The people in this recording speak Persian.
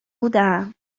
بودم